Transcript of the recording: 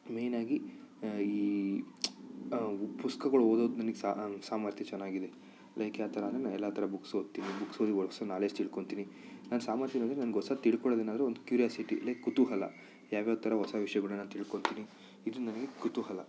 ಮೈನಾಗಿ ಈ ಪುಸ್ತಕಗಳು ಓದೋದು ನನಗೆ ಸಾಮರ್ಥ್ಯ ಚೆನ್ನಾಗಿದೆ ಲೈಕ್ ಯಾವ ಥರ ಅಂದರೆ ನಾನು ಎಲ್ಲ ಥರ ಬುಕ್ಸ್ ಓದ್ತೀನಿ ಬುಕ್ಸ್ ಓದಿ ವರ್ಕ್ಸ್ ನಾಲೆಡ್ಜ್ ತಿಳ್ಕೊಳ್ತೀನಿ ನನ್ನ ಸಾಮರ್ಥ್ಯ ಅನ್ನೋದು ನಂಗೆ ಹೊಸತು ತಿಳ್ಕೊಳ್ಳೊದೇನಾದ್ರು ಒಂದು ಕ್ಯೂರಾಸಿಟಿ ಲೈಕ್ ಕುತೂಹಲ ಯಾವ್ಯಾವ ಥರ ಹೊಸ ವಿಷಯಗಳ್ನ ನಾನು ತಿಳ್ಕೊಳ್ತೀನಿ ಇದು ನನಗೆ ಕುತೂಹಲ